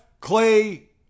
Clay